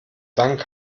dank